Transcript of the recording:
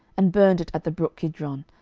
and burned it at the brook kidron,